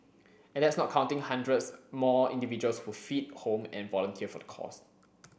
and that's not counting hundreds more individuals who feed home and volunteer for the cause